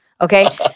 okay